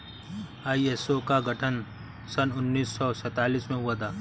ISO का गठन सन उन्नीस सौ सैंतालीस में हुआ था